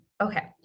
Okay